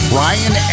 ryan